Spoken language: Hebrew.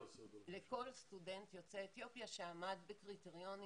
לכל סטודנט יוצא אתיופיה שעמד בקריטריונים